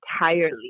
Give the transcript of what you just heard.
entirely